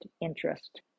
interest